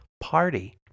party